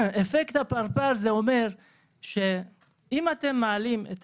אפקט הפרפר אומר שאם אתם מעלים את